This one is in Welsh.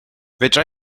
fedra